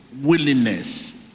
willingness